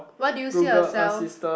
what do you see yourself